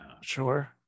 sure